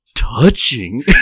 touching